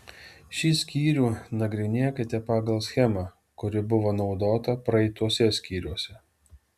šį skyrių nagrinėkite pagal schemą kuri buvo naudota praeituose skyriuose